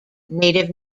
native